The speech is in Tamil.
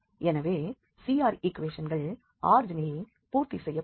எனவே CR ஈக்குவேஷன்கள் ஆரிஜினில் பூர்த்தி செய்யப்படும்